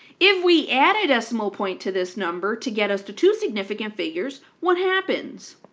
if we add a decimal point to this number to get us to two significant figures, what happens?